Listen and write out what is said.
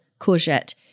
courgette